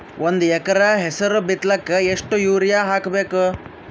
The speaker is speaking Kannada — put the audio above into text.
ಒಂದ್ ಎಕರ ಹೆಸರು ಬಿತ್ತಲಿಕ ಎಷ್ಟು ಯೂರಿಯ ಹಾಕಬೇಕು?